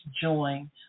join